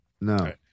No